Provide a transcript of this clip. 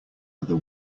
other